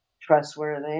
trustworthy